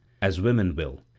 as women will,